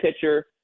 pitcher